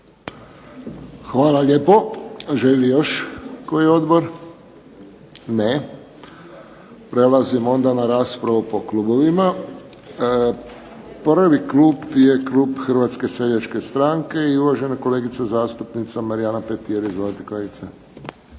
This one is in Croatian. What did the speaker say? Hvala lijepo. Želi li još koji odbor? Ne. Prelazimo na raspravu po klubovima. Prvi klub je klub HSS-a i uvažena kolegica zastupnica Marijana Petir. Izvolite kolegice.